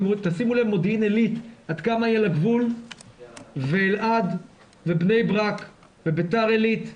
שימו לב עד כמה מודיעין עלית היא על הגבול ואלעד ובני ברק ובית"ר עלית,